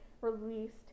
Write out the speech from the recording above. released